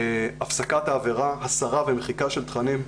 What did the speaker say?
הפסקת העבירה, הסרה ומחיקה של תכנים,